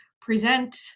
present